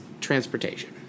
transportation